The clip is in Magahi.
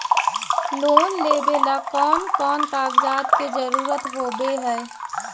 लोन लेबे ला कौन कौन कागजात के जरुरत होबे है?